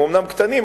הם אומנם קטנים,